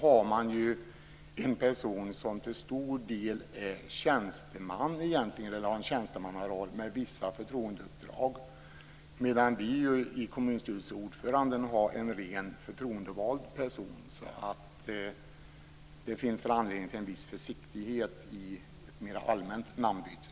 Där är det en person som har en tjänstemannaroll med vissa förtroendeuppdrag, medan kommunstyrelseordförande hos oss är en rent förtroendevald person. Det finns anledning till en viss försiktighet med ett mera allmänt namnbyte.